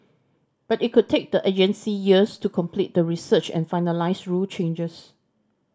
but it could take the agency years to complete the research and finalise rule changes